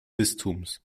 bistums